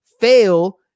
Fail